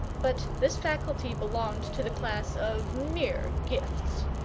but this faculty belonged to the class of mere gifts,